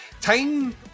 time